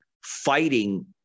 fighting